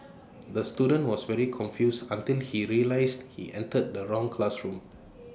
the student was very confused until he realised he entered the wrong classroom